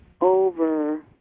over